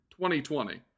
2020